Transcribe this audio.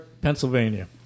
Pennsylvania